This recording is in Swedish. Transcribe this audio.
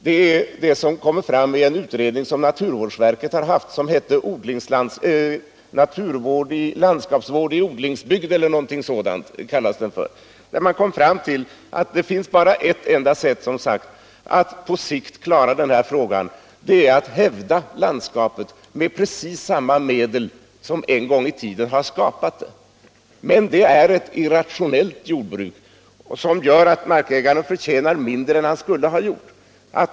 Det är det som kommer fram i en utredning som naturvårdsverket har lagt fram och som kallas ”Landskapsvård i odlingsbygd” eller något sådant. Enligt den utredningen finns det bara ett sätt att på sikt klara denna fråga: att hävda landskapet med precis samma medel som en gång i tiden har skapat det. Men det är ett irrationellt jordbruk som gör att markägaren förtjänar mindre än han annars skulle ha gjort.